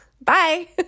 Bye